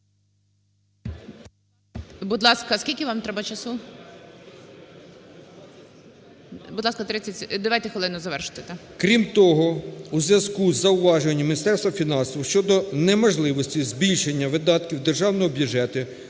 Крім того, у зв'язку із зауваженнями Міністерства фінансів щодо неможливості збільшення видатків державного бюджету